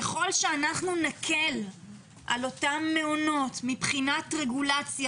ככל שאנחנו נקל על אותם מעונות מבחינת רגולציה